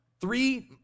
three